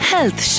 Health